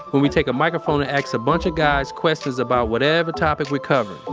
when we take a microphone and ask so bunch of guys questions about whatever topic we cover. ah